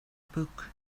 book